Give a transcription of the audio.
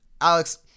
Alex